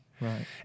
right